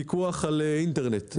פיקוח על אינטרנט,